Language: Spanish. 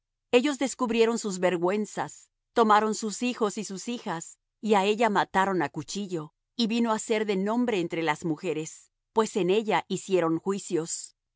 ellos descubrieron sus vergüenzas tomaron sus hijos y sus hijas y á ella mataron á cuchillo y vino á ser de nombre entre las mujeres pues en ella hicieron juicios